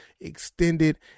extended